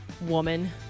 woman